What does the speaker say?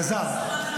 אלעזר,